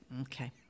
okay